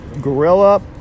gorilla